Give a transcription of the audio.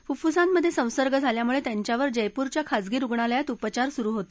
फुफ्फुसांमधे संसर्ग झाल्यामुळे त्यांच्यावर जयपूरच्या खाजगी रुग्णालयात उपचार सुरु होते